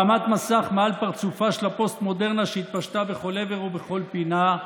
הרמת מסך מעל פרצופה של הפוסט-מודרנה שהתפשטה בכל עבר ובכל פינה,